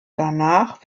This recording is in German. danach